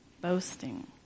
boasting